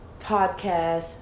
podcast